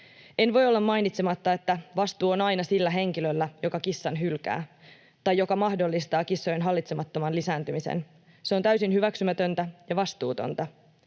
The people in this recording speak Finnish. En voi olla mainitsematta, että vastuu on aina sillä henkilöllä, joka kissan hylkää tai joka mahdollistaa kissojen hallitsemattoman lisääntymisen. Se on täysin hyväksymätöntä ja vastuutonta.